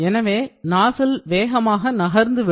எனவே நாசில் வேகமாக நகர்ந்து விடும்